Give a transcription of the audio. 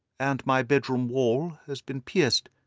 and my bedroom wall has been pierced,